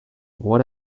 what